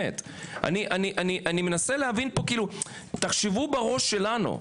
אני מנסה להבין תחשבו בראש שלנו.